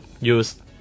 use